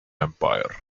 empire